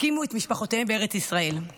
והקימו את משפחותיהם בארץ ישראל.